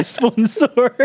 sponsor